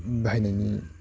बाहायनायनि